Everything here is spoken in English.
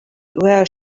where